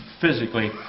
physically